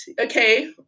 okay